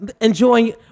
Enjoying